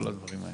כל הדברים האלו.